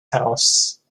house